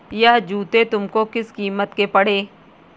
यह जूते तुमको किस कीमत के पड़े?